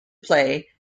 play